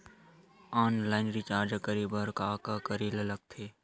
Online recharge करे बर का का करे ल लगथे?